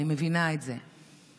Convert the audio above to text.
אני מבינה את זה.